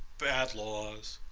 bad laws,